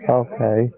okay